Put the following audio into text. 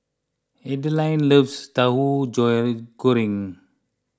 Adilene loves Tauhu Goreng